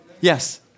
Yes